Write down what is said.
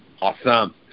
awesome